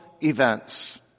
events